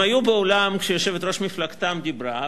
הם היו באולם כשיושבת-ראש מפלגתם דיברה,